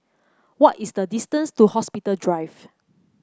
what is the distance to Hospital Drive